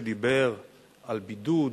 שדיבר על בידוד